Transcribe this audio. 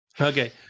okay